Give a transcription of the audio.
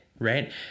right